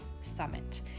Summit